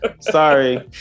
sorry